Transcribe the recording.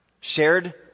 shared